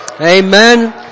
Amen